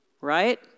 right